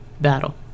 battle